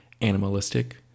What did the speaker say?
animalistic